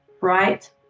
Right